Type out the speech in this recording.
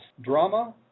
drama